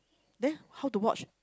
then how to watch